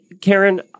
karen